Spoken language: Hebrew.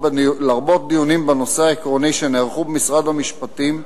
לרבות דיונים בנושא העקרוני שנערכו במשרד המשפטים,